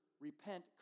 repent